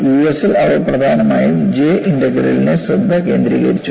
യുഎസിൽ അവർ പ്രധാനമായും J ഇന്റഗ്രലിൽ ശ്രദ്ധ കേന്ദ്രീകരിച്ചു